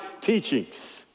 teachings